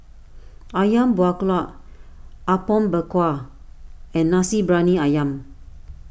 Ayam Buah Keluak Apom Berkuah and Nasi Briyani Ayam